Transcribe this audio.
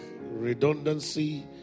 redundancy